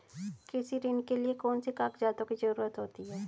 कृषि ऋण के लिऐ कौन से कागजातों की जरूरत होती है?